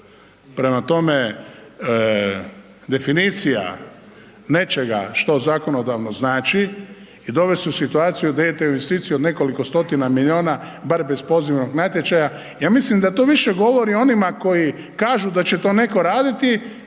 Prema tome, definicija nečega što zakonodavno znači je dovesti u situaciju da idete u investiciju od nekoliko stotina milijuna bar bez pozivnog natječaja, ja mislim da to više govori o onima koji kažu da će to neko raditi